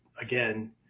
again